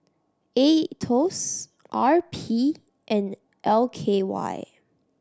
Aetos R P and L K Y